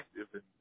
active